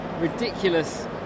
ridiculous